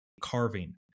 carving